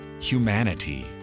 humanity